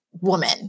woman